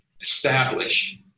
establish